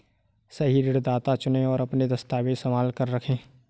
सही ऋणदाता चुनें, और अपने दस्तावेज़ संभाल कर रखें